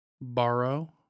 borrow